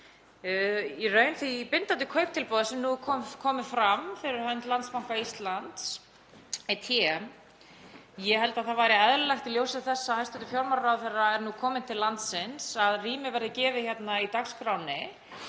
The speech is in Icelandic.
í raun því bindandi kauptilboði sem nú er komið fram fyrir hönd Landsbanka Íslands í TM. Ég held að það væri eðlilegt í ljósi þess að hæstv. fjármálaráðherra er nú kominn til landsins að rými verði gefið hérna í dagskránni